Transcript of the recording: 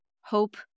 hope